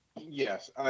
Yes